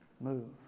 move